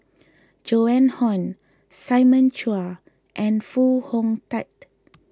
Joan Hon Simon Chua and Foo Hong Tatt